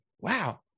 Wow